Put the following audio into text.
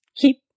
Keep